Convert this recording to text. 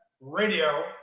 radio